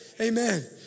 Amen